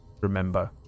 remember